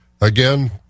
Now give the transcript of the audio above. again